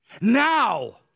Now